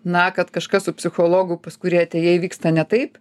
na kad kažkas su psichologu pas kurį atėjai vyksta ne taip